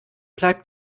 bleib